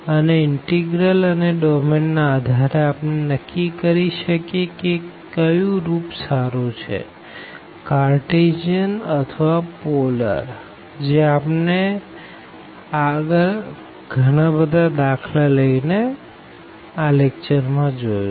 અને ઇનટેગ્ર્લ અને ડોમેન ના આધારે આપણે નક્કી કરી શકીએ કે કયું રૂપ સારું છે કાર્ટેસીઅન અથવા પોલર જે આપણે આગળ બધા દાખલા માં જોયું